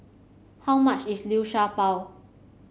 how much is Liu Sha Bao